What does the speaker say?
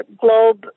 Globe